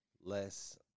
less